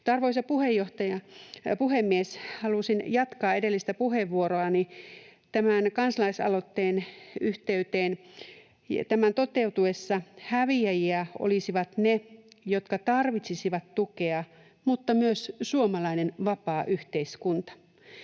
Arvoisa puhemies! Halusin jatkaa edellistä puheenvuoroani tämän kansalaisaloitteen yhteyteen. Tämän toteutuessa häviäjiä olisivat ne, jotka tarvitsisivat tukea, mutta myös suomalainen vapaa yhteiskunta.